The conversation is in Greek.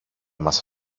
μας